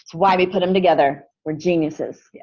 why we put them together. we're geniuses. yeah